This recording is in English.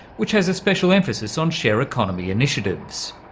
which has a special emphasis on share economy initiatives.